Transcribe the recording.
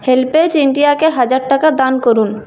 HelpAge ইন্ডিয়াকে টাকা হাজার টাকা দান করুন